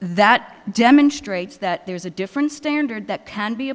that demonstrates that there's a different standard that can be